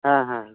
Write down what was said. ᱦᱮᱸ ᱦᱮᱸ